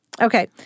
Okay